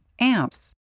amps